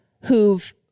who've